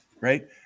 right